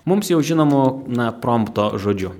mums jau žinomo na prompto žodžiu